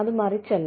അത് മറിച്ചല്ല